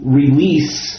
release